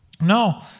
No